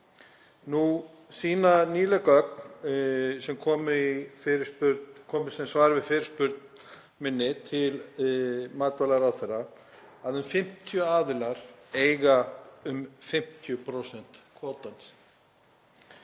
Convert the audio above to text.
Nú sýna nýleg gögn sem komu sem svar við fyrirspurn minni til matvælaráðherra að um 50 aðilar eiga um 50% kvótans.